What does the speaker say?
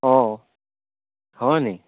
অঁ হয় নেকি